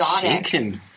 chicken